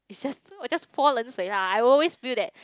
it's just 我 just 泼冷水 lah I always feel that